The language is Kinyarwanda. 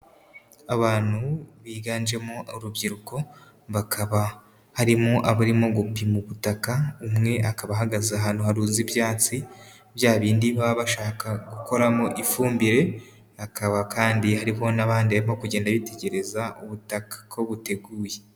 Abantu biganjemo urubyiruko bakaba harimo abarimo gupima ubutaka, umwe akaba ahagaze ahantu harunze ibyatsi, bya bindi baba bashaka gukoramo ifumbire, hakaba kandi hariho n'abandi barimo kugenda bitegereza ubutaka ko buteguye.